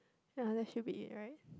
ya that should be right